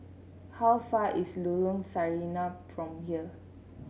how far away is Lorong Sarina from here